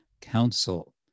Council